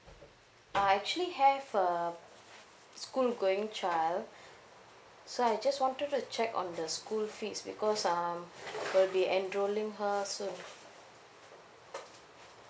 I actually have a school going child so I just wanted to check on the school fees because um we'll be enrolling her soon